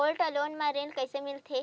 Gold loan म ऋण कइसे मिलथे?